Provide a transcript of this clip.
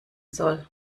soll